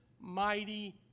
mighty